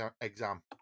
exam